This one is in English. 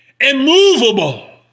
immovable